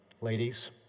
ladies